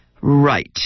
Right